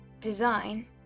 design